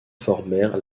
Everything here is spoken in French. formèrent